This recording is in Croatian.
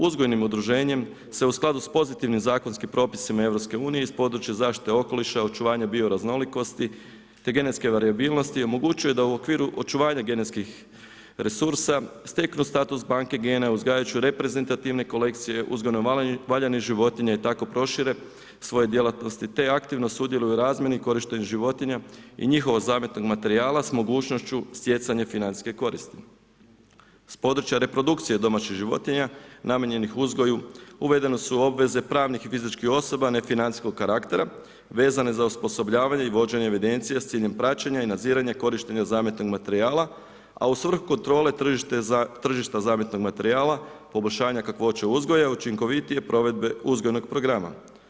Uzgojnim udruženjem se u skladu sa pozitivnim propisima EU, iz područje zašite okoliša i očuvanje bio raznolikosti, te genetske varijabilnosti, omogućuje da u okviru očuvanja genetskih resursa steknu status banke gene, uzgajajući reprezentativne kolekcije, uzgoju valjanje životinje i tako prošire svoje djelatnosti, te aktivno sudjeluju u razvoju korištenje životinja i njihovog zametnog materijala, s mogućnošću stjecanje financijske koristi s područja reprodukcije domaćih životinja namijenjenih uzgoju uvedene su obveze pravnih i fizičkih osoba nefinancijskog karaktera vezane za osposobljavanje i vođenje evidencije s ciljem praćenja i nadziranja korištenja zametnog materijala a u svrhu kontrole tržišta zametnog materijala, poboljšanja kakvoće uzgoja, učinkovitije provedbe uzgojnog programa.